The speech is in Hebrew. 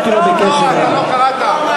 אף אחד לא הכריח חברי כנסת ללכת לבג"ץ.